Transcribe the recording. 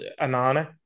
Anana